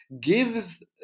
gives